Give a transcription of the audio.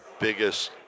biggest